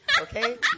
okay